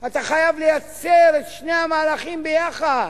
אתה חייב לייצר את שני המהלכים ביחד.